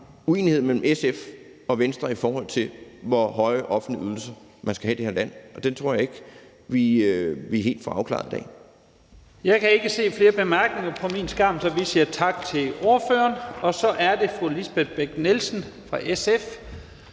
uenighed mellem SF og Venstre, i forhold til hvor høje offentlige ydelser man skal have i det her land. Og den tror jeg ikke vi helt får afklaret i dag.